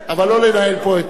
אבל לא לנהל פה את,